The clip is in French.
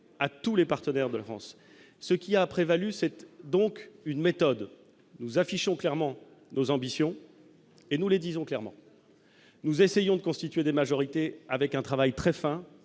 à tous les partenaires de la France, ce qui a prévalu 7 donc une méthode nous affichons clairement nos ambitions et nous les disons clairement : nous essayons de constituer des majorités avec un travail très fin,